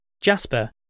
Jasper